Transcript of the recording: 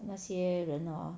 那些人 hor